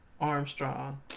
Armstrong